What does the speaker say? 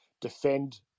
defend